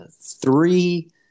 three